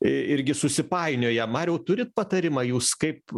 irgi susipainioja mariau turit patarimą jūs kaip